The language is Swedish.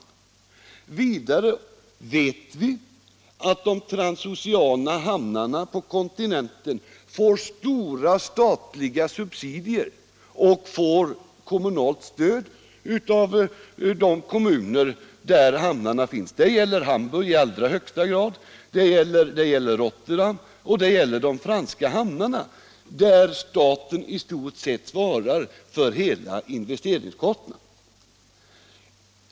För det andra vet vi att de transoceana hamnarna på kontinenten får stora statliga subsidier och kommunalt stöd av de kommuner där hamnarna finns. Det gäller Hamburg i allra högsta grad, det gäller Rotterdam och även de franska hamnarna, där staten i stort sett svarar för hela investeringskostnaden.